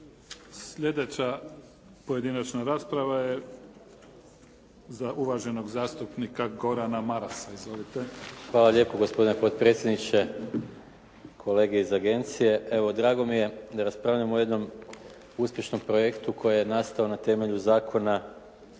Sljedeća pojedinačna rasprava je za uvaženog zastupnika Gordana Marasa. Izvolite. **Maras, Gordan (SDP)** Hvala lijepo gospodine potpredsjedniče, kolege iz agencije. Evo drago mi je da raspravljamo o jednom uspješnom projektu koji je nastao na temelju Zakona